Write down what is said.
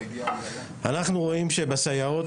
אנחנו רואים שבסייעות,